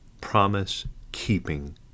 promise-keeping